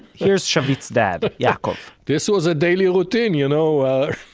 here's shavit's dad, yaakov this was a daily routine you know,